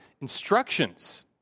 instructions